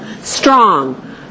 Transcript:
strong